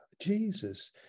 Jesus